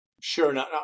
Sure